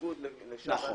בניגוד לשאר האזרחים,